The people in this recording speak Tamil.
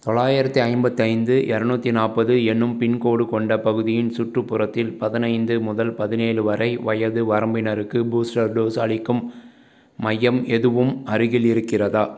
தொள்ளாயிரத்தி ஐம்பத்து ஐந்து இரநூத்தி நாற்பது என்னும் பின்கோடு கொண்ட பகுதியின் சுற்றுப்புறத்தில் பதினைந்து முதல் பதினேழு வரை வயது வரம்பினருக்கு பூஸ்டர் டோஸ் அளிக்கும் மையம் எதுவும் அருகில் இருக்கிறதா